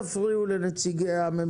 הבעיה היא לא אתה, היא לא תלויה בך.